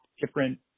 different